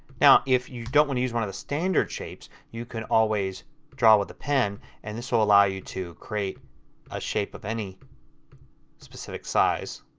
now if you don't want to use one of the standard shapes you could always draw with a pen. and this will allow you to create a shape of any specific size,